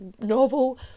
novel